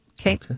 Okay